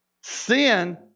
Sin